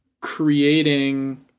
creating